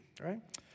right